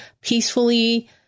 peacefully